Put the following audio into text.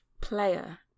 player